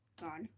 God